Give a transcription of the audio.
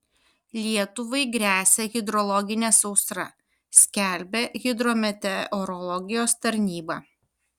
lietuvai gresia hidrologinė sausra skelbia hidrometeorologijos tarnyba